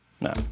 no